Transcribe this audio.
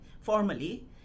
formally